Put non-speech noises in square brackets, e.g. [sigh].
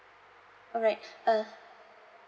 alright [breath] uh